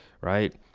right